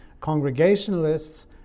Congregationalists